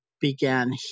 began